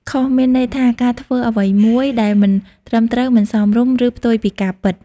ខុស មានន័យថា ការធ្វើអ្វីមួយដែលមិនត្រឹមត្រូវ មិនសមរម្យ ឬផ្ទុយពីការពិត។